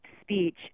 speech